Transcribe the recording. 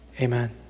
amen